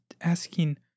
asking